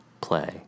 play